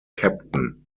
captain